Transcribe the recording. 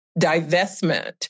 divestment